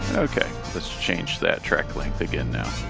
okay, let's change that track length again now,